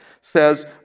says